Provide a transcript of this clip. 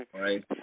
Right